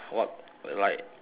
what like